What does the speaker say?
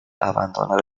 abandonar